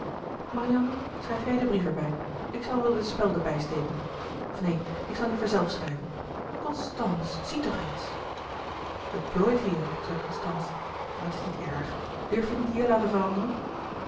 marianne schrijf jij den brief er bij ik zal er de spelden bijsteken of neen ik louis couperus de boeken der kleine zielen zal liever zelf schrijven constance zie toch eens het plooit hier zei constance maar het is niet erg durf je het niet hier laten veranderen